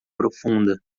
profunda